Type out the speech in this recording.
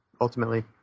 ultimately